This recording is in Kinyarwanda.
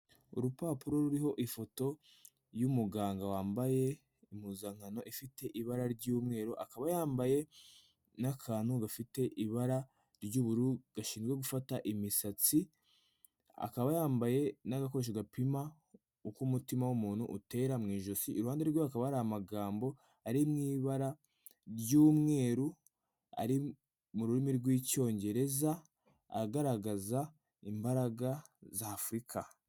Urupapuro ruriho ifoto y'umuganga wambaye impuzankano ifite ibara ry'umweru, akaba yambaye n'akantu gafite ibara ry'ubururu gashinzwe gufata imisatsi. Akaba yambaye n'agakoresho gapima uko umutima w'umuntu utera mu ijosi. Iruhande rwe hakaba hari amagambo ari mu ibara ry'umweru ari mu rurimi rw'Icyongereza agaragaza imbaraga za Afurika.